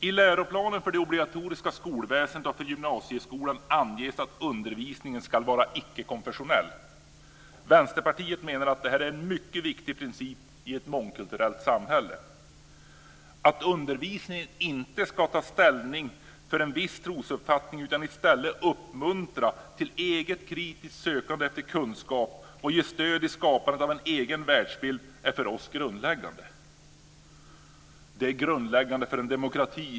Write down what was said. I läroplanen både för det obligatoriska skolväsendet och för gymnasieskolan anges att undervisningen i skolan ska vara icke-konfessionell. Vänsterpartiet anser att detta är en mycket viktig princip i ett mångkulturellt samhälle. Att undervisningen inte ska ta ställning för en viss trosuppfattning utan i stället uppmuntra till eget kritiskt sökande efter kunskap och ge stöd i skapandet av en egen världsbild är för oss det grundläggande för en demokrati.